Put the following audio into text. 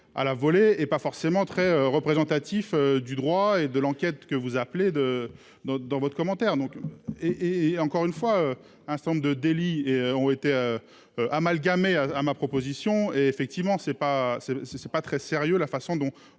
À la volée et pas forcément très représentatif du droit et de l'enquête que vous appelez de dans dans votre commentaire. Donc et et encore une fois un certain nombre de délits et ont été. Amalgamé à à ma proposition et effectivement c'est pas c'est c'est c'est pas très sérieux. La façon dont,